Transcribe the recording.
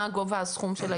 מה גובה הסכום?